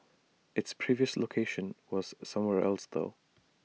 its previous location was somewhere else though